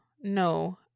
no